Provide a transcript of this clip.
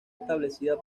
establecida